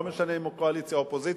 לא משנה אם הוא קואליציה או אופוזיציה,